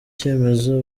cyemezo